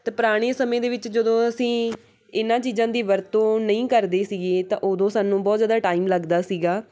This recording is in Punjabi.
ਅਤੇ ਪੁਰਾਣੇ ਸਮੇਂ ਦੇ ਵਿੱਚ ਜਦੋਂ ਅਸੀਂ ਇਹਨਾਂ ਚੀਜ਼ਾਂ ਦੀ ਵਰਤੋਂ ਨਹੀਂ ਕਰਦੇ ਸੀਗੇ ਤਾਂ ਉੱਦੋਂ ਸਾਨੂੰ ਬਹੁਤ ਜ਼ਿਆਦਾ ਟਾਈਮ ਲੱਗਦਾ ਸੀਗਾ